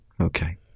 Okay